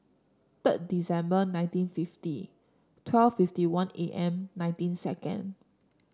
third December nineteen fifty twelve fifty one A M nineteen second